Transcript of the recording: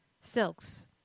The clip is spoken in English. silks